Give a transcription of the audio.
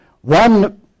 One